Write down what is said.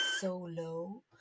Solo